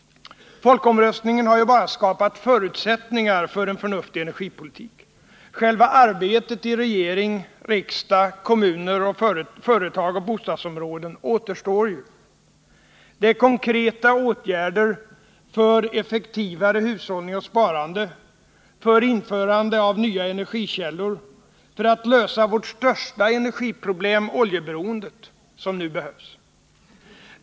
Folkomröstningen har ju bara skapat förutsättningar för en förnuftig energipolitik. Själva arbetet i regering, riksdag, kommuner, företag och bostadsområden återstår. Det som nu behövs är konkreta åtgärder för effektivare hushållning och sparande, för införandet av nya energikällor och för att lösa vårt största energiproblem, oljeberoendet.